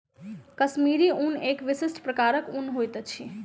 कश्मीरी ऊन एक विशिष्ट प्रकारक ऊन होइत अछि